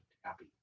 happy